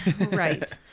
Right